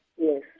Yes